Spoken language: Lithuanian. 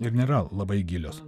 ir nėra labai gilios